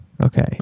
Okay